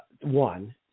one